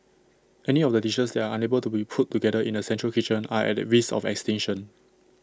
any of the dishes that are unable to be put together in A central kitchen are at risk of extinction